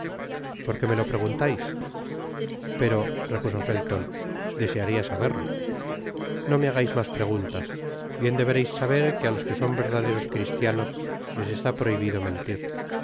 qué me lo preguntais pero repuso felton desearia saberlo no me hagais mas preguntas bien debeis saber que á los que son verdaderos cristianos les está prohibido mentir